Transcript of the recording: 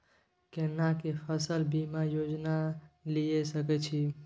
केना के फसल बीमा योजना लीए सके छी?